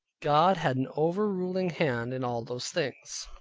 god had an over-ruling hand in all those things.